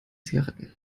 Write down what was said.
zigaretten